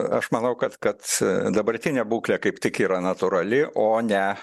aš manau kad kad dabartinė būklė kaip tik yra natūrali o ne